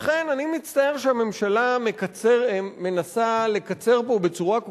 לכן אני מצטער שהממשלה מנסה לקצר פה בצורה כל